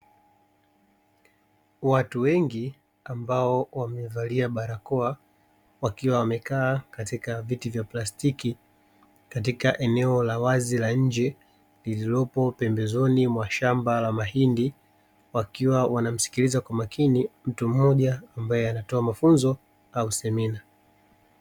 Watu wengi ambao wamevalia barakoa wakiwa wamekaa katika viti vya plastiki katika eneo la wazi la nje lililopo pembezoni mwa shamba la mahindi, wakiwa wanamsikiiza kwa makini mtu mmoja mabae anatoa mafunzo au semina.